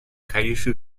kyushu